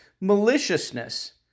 maliciousness